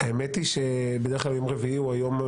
היא שבדרך כלל יום רביעי הוא היום,